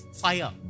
fire